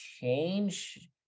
change